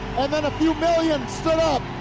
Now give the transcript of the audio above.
and then a few million stoop up,